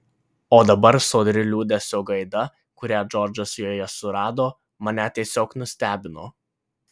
o dabar sodri liūdesio gaida kurią džordžas joje surado mane tiesiog nustebino